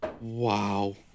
wow